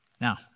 Now